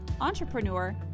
entrepreneur